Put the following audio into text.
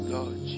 Lord